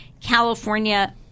California